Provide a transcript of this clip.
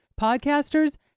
Podcasters